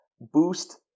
boost